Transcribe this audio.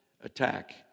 attack